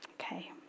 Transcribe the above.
Okay